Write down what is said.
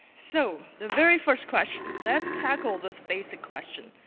so the very first question, let's tackle this basic question.